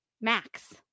Max